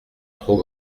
trop